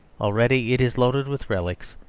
already it is loaded with relics.